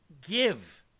give